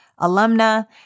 alumna